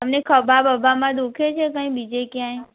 તમને ખભા બભામાં દુખે છે કંઈ બીજે ક્યાંય